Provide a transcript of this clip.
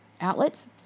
outlets